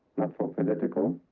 not for political,